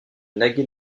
nage